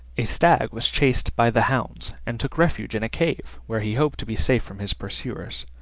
a stag was chased by the hounds, and took refuge in a cave, where he hoped to be safe from his pursuers.